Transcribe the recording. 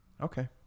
Okay